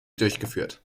durchgeführt